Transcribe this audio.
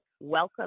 Welcome